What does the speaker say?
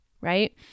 right